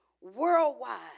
worldwide